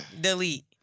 delete